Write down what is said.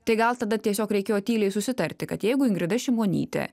tai gal tada tiesiog reikėjo tyliai susitarti kad jeigu ingrida šimonytė